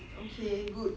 okay good